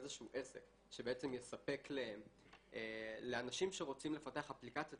איזשהו עסק שיספק לאנשים שרוצים לפתח אפליקציות,